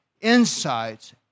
insights